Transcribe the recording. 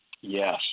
Yes